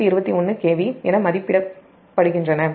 8 121 KV என மதிப்பிடப்படுகின்றன